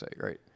right